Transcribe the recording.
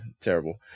terrible